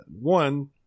One